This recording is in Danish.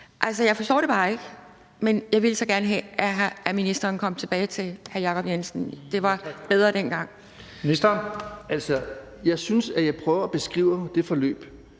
Jeg forstår det bare ikke, men jeg ville så gerne have, at ministeren kom tilbage til at være hr. Jacob Jensen. Det var bedre dengang. Kl. 16:48 Første næstformand